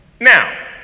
Now